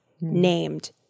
named